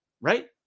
right